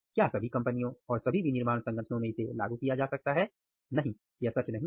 क्या सभी कंपनियों और सभी विनिर्माण संगठनों में इसे लागू किया जा सकता है नहीं यह सच नहीं है